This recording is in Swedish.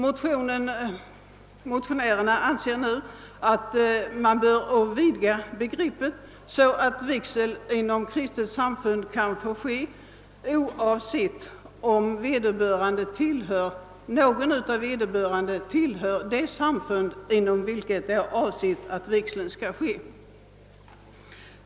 Motionärerna yrkar alltså på en utvidgning av lagens bestämmelser på sådant sätt, att vigsel inom kristet samfund skall få äga rum oavsett om någon av kontrahenterna tillhör just detta samfund.